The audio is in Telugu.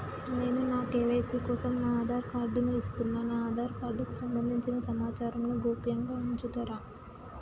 నేను నా కే.వై.సీ కోసం నా ఆధార్ కార్డు ను ఇస్తున్నా నా ఆధార్ కార్డుకు సంబంధించిన సమాచారంను గోప్యంగా ఉంచుతరా?